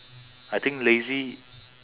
I think lazy